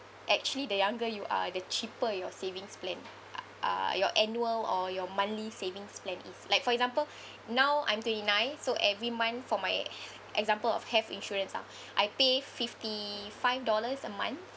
actually the younger you are the cheaper your savings plan uh your annual or your monthly savings plan is like for example now I'm twenty-nine so every month for my h~ example of health insurance ah I pay fifty-five dollars a month